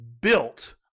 built